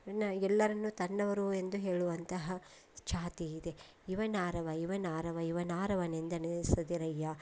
ಇನ್ನು ಎಲ್ಲರನ್ನು ತನ್ನವರು ಎಂದು ಹೇಳುವಂತಹ ಛಾತಿ ಇದೆ ಇವನಾರವ ಇವನಾರವ ಇವನಾರವನೆಂದೆಣಿಸದಿರಯ್ಯ